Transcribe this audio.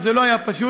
וזה לא היה פשוט,